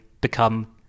become